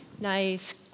Nice